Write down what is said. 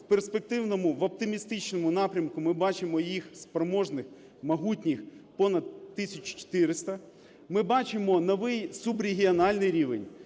В перспективному, в оптимістичному напрямку ми бачимо їх спроможних, могутніх понад 1400. Ми бачимо новий субрегіональний рівень,